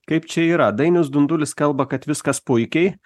kaip čia yra dainius dundulis kalba kad viskas puikiai